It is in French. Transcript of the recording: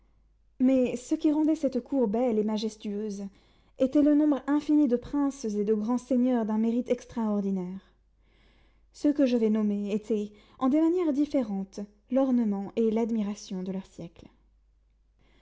mais ce qui rendait cette cour belle et majestueuse était le nombre infini de princes et de grands seigneurs d'un mérite extraordinaire ceux que je vais nommer étaient en des manières différentes l'ornement et l'admiration de leur siècle